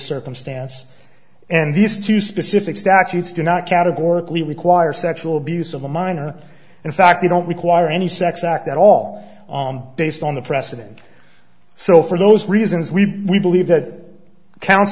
circumstance and these two specific statutes do not categorically require sexual abuse of a minor in fact they don't require any sex act at all based on the precedent so for those reasons we we believe that counts